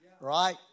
Right